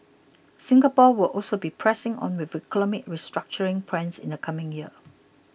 Singapore will also be pressing on with economic restructuring plans in the coming year